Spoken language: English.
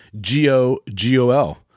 G-O-G-O-L